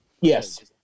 yes